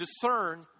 discern